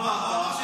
מה אמרת?